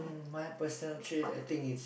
my personal trait I think is